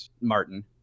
Martin